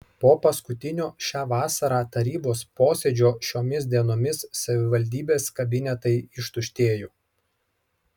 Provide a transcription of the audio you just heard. po paskutinio šią vasarą tarybos posėdžio šiomis dienomis savivaldybės kabinetai ištuštėjo